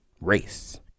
race